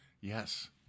Yes